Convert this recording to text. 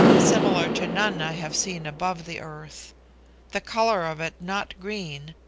similar to none i have seen above the earth the colour of it not green,